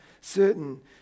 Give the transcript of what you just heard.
certain